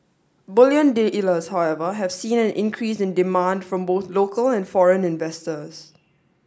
bullion dealer showever have seen an increase in demand from both local and foreign investors